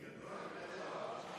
בגדול,